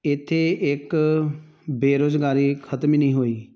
ਇੱਥੇ ਇੱਕ ਬੇਰੁਜ਼ਗਾਰੀ ਖਤਮ ਹੀ ਨਹੀਂ ਹੋਈ